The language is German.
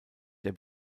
der